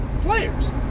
players